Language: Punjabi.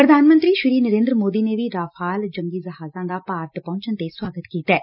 ਪ੍ਰਧਾਨ ਮੰਤਰੀ ਨਰੇਂਦਰ ਮੋਦੀ ਨੇ ਵੀ ਰਾਫ਼ਾਲ ਜੰਗੀ ਜਹਾਜ਼ਾਂ ਦਾ ਭਾਰਤ ਪਹੁੰਚਣ ਤੇ ਸੁਆਗਤ ਕੀਤੈ